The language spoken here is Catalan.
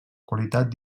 qualitat